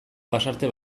pasarte